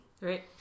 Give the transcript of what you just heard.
right